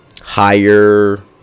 higher